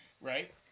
Right